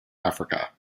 africa